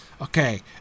okay